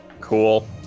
Cool